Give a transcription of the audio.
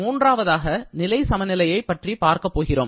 மூன்றாவதாக நிலை சமநிலையை பற்றி பார்க்கப் போகிறோம்